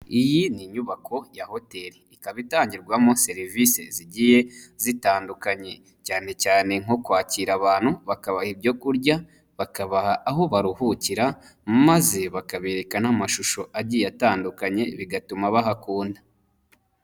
Iyi ni inyubako ya hoteli, ikaba itangirwamo serivisi zigiye zitandukanye, cyane cyane nko kwakira abantu, bakabaha ibyo kurya, bakabaha aho baruhukira, maze bakabereka n'amashusho agiye atandukanye, bigatuma bahakunda.